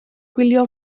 gwylio